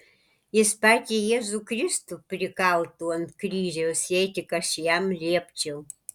jis patį jėzų kristų prikaltų ant kryžiaus jei tik aš jam liepčiau